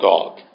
God